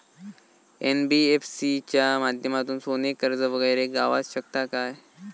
NBFC च्या माध्यमातून सोने कर्ज वगैरे गावात शकता काय?